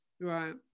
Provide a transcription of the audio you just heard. right